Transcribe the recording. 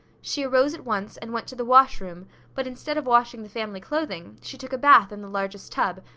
she arose at once and went to the wash room but instead of washing the family clothing, she took a bath in the largest tub,